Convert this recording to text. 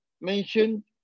mentioned